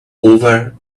over